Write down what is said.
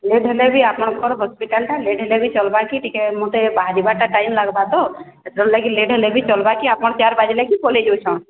late ହେଲେ ବି ଆପଣଙ୍କର ହସ୍ପିଟାଲଟା ଲେଟ୍ ହେଲେ ବି ଚଲ୍ବା କି ଟିକେ ମୋତେ ବାହରିବାଟା ଟିକେ ଟାଇମ୍ ଲାଗବ ଏଥର ଲେଟ୍ ହେଲେ ଚଲ୍ବା କି ଆପଣ ଚାର ବାଜଲେ କି ପଳେଇ ଯାଉଛନ୍